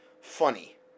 funny